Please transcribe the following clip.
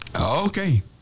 Okay